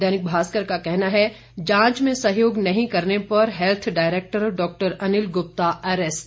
दैनिक भास्कर का कहना है जांच में सहयोग नहीं करने पर हेल्थ डायरेक्टर डॉ अनिल गुप्ता अरेस्ट